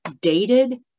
dated